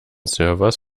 servers